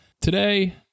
Today